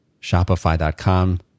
Shopify.com